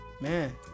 Man